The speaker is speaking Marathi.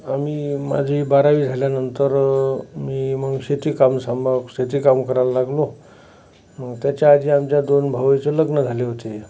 आम्ही माझे बारावी झाल्यानंतर मी मग शेतीकाम सांभाळलं शेती काम करायला लागलो त्याच्या आधी आमच्या दोन भावांचे लग्न झाले होते